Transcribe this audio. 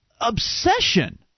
obsession